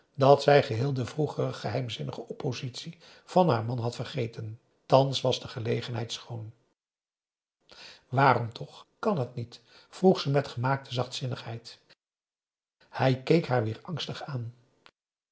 dat zij geheel de vroegere geheimzinnige oppositie van haar man had vergeten thans was de gelegenheid schoon waarom toch kan het niet vroeg ze met gemaakte zachtzinnigheid hij keek haar weer angstig aan